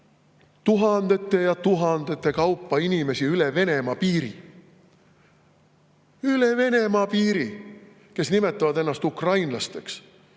tuhandete ja tuhandete kaupa inimesi üle Venemaa piiri – üle Venemaa piiri! –, kes nimetavad ennast ukrainlasteks